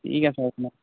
ঠিক আছে হ'ব দিয়া